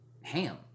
ham